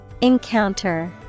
Encounter